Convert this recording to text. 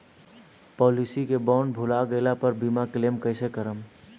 Policy के bond भुला गैला पर बीमा क्लेम कईसे करम?